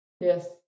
Yes